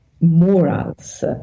morals